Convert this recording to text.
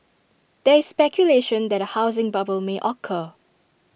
there is speculation that A housing bubble may occur